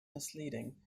misleading